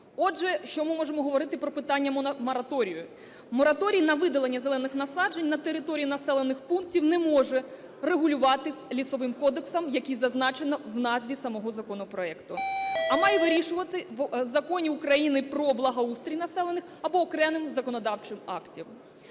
Отже, що ми можемо говорити про питання мораторію. Мораторій на видалення зелених насаджень на території населених пунктів не може регулюватись Лісовим кодексом, як і зазначено в назві самого законопроекту, а має вирішуватись в Законі України про благоустрій населених… або окремим законодавчим актом.